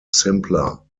simpler